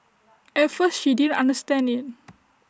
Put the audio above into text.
at first she didn't understand IT